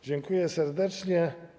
Dziękuję serdecznie.